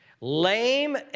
lame